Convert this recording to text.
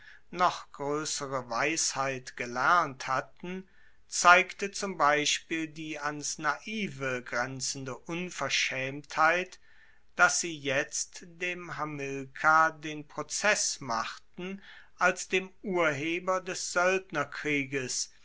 noch groessere weisheit gelernt hatten zeigte zum beispiel die ans naive grenzende unverschaemtheit dass sie jetzt dem hamilkar den prozess machten als dem urheber des